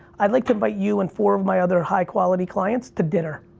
i'd like to invite you and four of my other high quality clients to dinner.